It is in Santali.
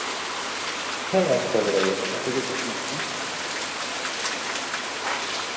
ᱦᱮᱸ ᱱᱟᱯᱟᱭ ᱵᱟᱲᱟ ᱜᱮ ᱟᱯᱮ ᱜᱮ ᱪᱮᱫᱞᱮᱠᱟ ᱦᱮᱱᱟᱜ ᱯᱮᱭᱟ